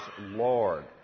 Lord